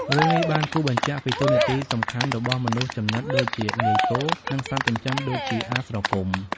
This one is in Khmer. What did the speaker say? រឿងនេះបានគូសបញ្ជាក់ពីតួនាទីសំខាន់របស់មនុស្សជំនិតដូចជា នាយគោ និងសត្វចិញ្ចឹមដូចជា អាស្រគំ។